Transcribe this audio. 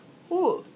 who